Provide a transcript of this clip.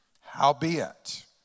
Howbeit